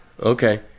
Okay